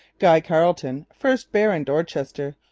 guy carleton, first baron dorchester,